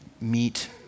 meet